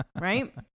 Right